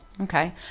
okay